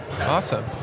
Awesome